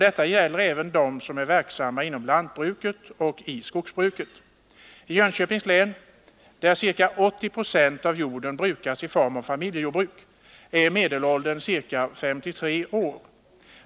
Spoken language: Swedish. Detta gäller även dem som är verksamma inom lantbruket och skogsbruket. I Jönköpings län, där ca 80 26 av jorden brukas i form av familjejordbruk, är medelåldern ca 53 år.